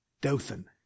Dothan